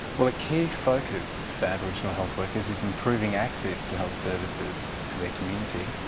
well, a key focus for aboriginal health workers is improving access to health services for their community.